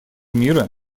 мира